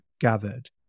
gathered